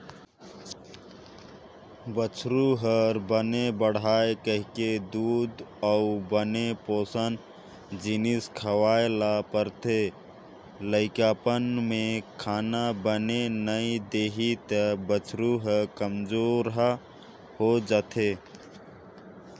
बछरु ह बने बाड़हय कहिके दूद अउ बने पोसन जिनिस खवाए ल परथे, लइकापन में खाना बने नइ देही त बछरू ह कमजोरहा हो जाएथे